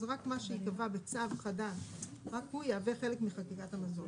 רק מה שייקבע בצו חדש יהווה חלק מחקיקת המזון.